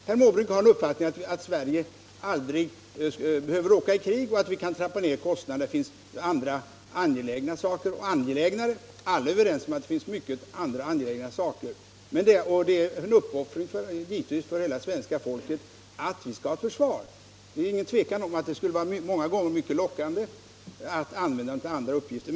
Herr Måbrink har uppfattningen att Sverige aldrig behöver råka i krig, att vi därför kan trappa ned försvarskostnaderna och använda pengarna till andra och angelägnare saker. Alla är överens om att det finns mycket annat som är angeläget och att försvaret bitvis innebär en uppoffring för hela svenska folket. Det är ingen tvekan om att det många gånger skulle vara mycket lockande att använda pengarna till andra uppgifter.